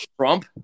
Trump